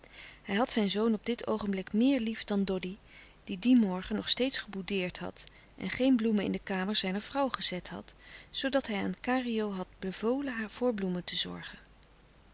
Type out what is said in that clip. hij had zijn zoon op dit oogenblik meer lief dan doddy die dien morgen nog steeds geboudeerd had en geen bloemen in de kamer zijner vrouw gezet had zoodat hij aan kario had bevolen voor bloemen te zorgen